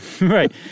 Right